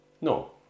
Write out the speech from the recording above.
No